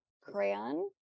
crayon